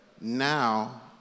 now